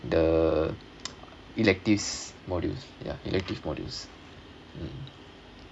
the electives modules ya elective modules